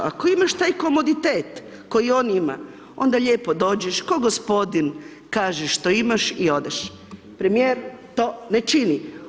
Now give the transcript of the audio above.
Ako imaš taj komoditet koji on ima, onda lijepo dođeš ko gospodin, kažeš što imaš i odeš, premijer to ne čini.